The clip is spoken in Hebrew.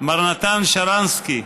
מר נתן שרנסקי.